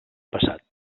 passat